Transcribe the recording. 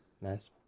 Nice